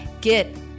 get